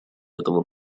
этого